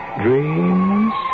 dreams